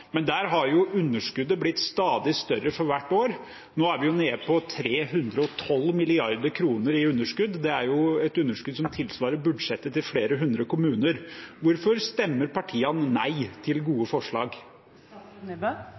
Der har jo underskuddet blitt stadig større for hvert år. Nå er vi nede på 312 mrd. kr i underskudd, og det er et underskudd som tilsvarer budsjettet til flere hundre kommuner. Hvorfor stemmer partiene nei til gode